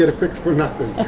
ah fix for nothing.